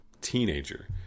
teenager